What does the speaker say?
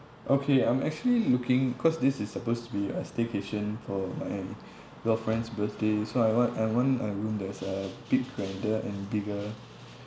okay I'm actually looking cause this is supposed to be a staycation for my girlfriend's birthday so I want I want a room that is a bit grander and bigger